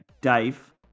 Dave